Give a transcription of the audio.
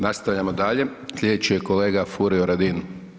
Nastavljamo dalje, slijedeći je kolega Furio Radin.